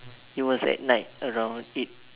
it was at night around eight